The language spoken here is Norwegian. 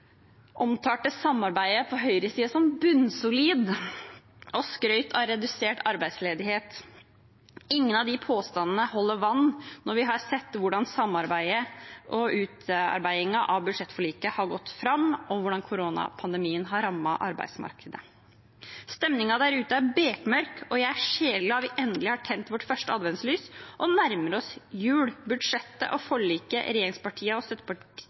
samarbeidet på høyresiden som bunnsolid og skrøt av redusert arbeidsledighet. Ingen av de påstandene holder vann når vi har sett hvordan samarbeidet og utarbeidingen av budsjettforliket har gått fram, og hvordan koronapandemien har rammet arbeidsmarkedet. Stemningen der ute er bekmørk, og jeg er sjeleglad for at vi endelig har tent vårt første adventslys og nærmer oss jul. Budsjettet og forliket regjeringspartiene og